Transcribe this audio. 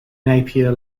napier